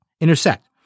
intersect